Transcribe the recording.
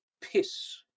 piss